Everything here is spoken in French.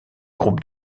groupe